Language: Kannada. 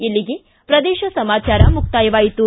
ಇಲ್ಲಿಗೆ ಪ್ರದೇಶ ಸಮಾಚಾರ ಮುಕ್ತಾಯವಾಯಿತು